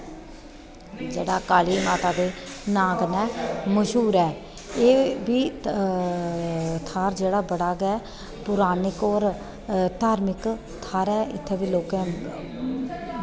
जेह्ड़ा काली माता दे नांऽ कन्नै मश्हूर ऐ एह् बी थाह्र जेह्ड़ा बड़ा गै पौराणिक होर धार्मिक थाह्र ऐ इत्थें बी लोकें